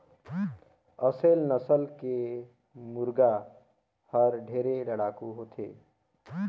असेल नसल के मुरगा हर ढेरे लड़ाकू होथे